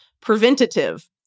preventative